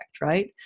right